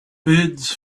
birds